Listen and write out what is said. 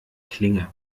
klinge